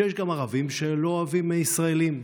שיש גם ערבים שלא אוהבים ישראלים.